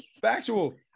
factual